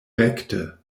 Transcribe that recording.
rekte